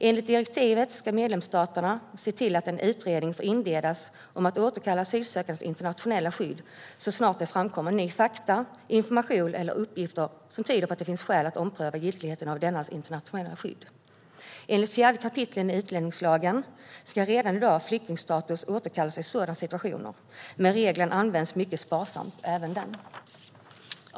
Enligt direktivet ska medlemsstaterna se till att en utredning får inledas om att återkalla asylsökandes internationella skydd så snart det framkommer nya fakta, information eller uppgifter, som tyder på att det finns skäl att ompröva giltigheten av dennes internationella skydd. Enligt 4 kap. utlänningslagen ska redan i dag flyktingstatus återkallas i sådana situationer. Men även denna regel används mycket sparsamt.